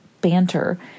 banter